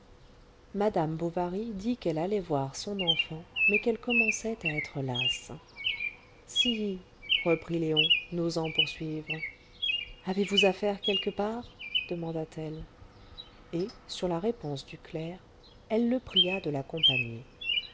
madame bovary dit qu'elle allait voir son enfant mais qu'elle commençait à être lasse si reprit léon n'osant poursuivre avez-vous affaire quelque part demanda-t-elle et sur la réponse du clerc elle le pria de l'accompagner